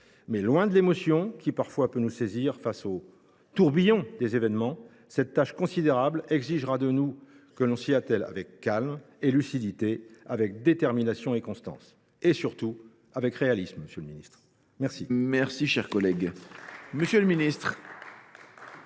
Mais loin de l’émotion qui parfois peut nous saisir face au tourbillon des événements, cette tâche considérable exigera que nous nous y attelions avec calme et lucidité, avec détermination et constance – et surtout, monsieur le ministre, avec